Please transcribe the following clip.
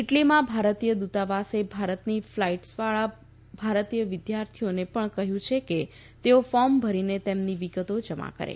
ઇટલીમાં ભારતીય દ્રતાવાસે ભારતની ફલાઇટસવાળા ભારતીય વિદ્યાર્થીઓને પણ કહ્યું છે કે તેઓ ફોર્મ ભરીને તેમની વિગતો જમા કરે